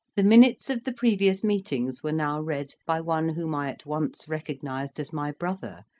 the minutes of the previous meetings were now read by one whom i at once recognized as my brother,